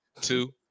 two